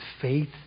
faith